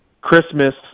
Christmas